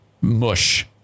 mush